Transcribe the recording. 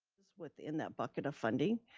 within that bucket of funding,